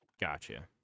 Gotcha